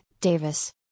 Davis